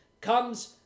comes